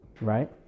Right